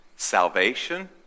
salvation